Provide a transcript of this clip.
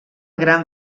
gran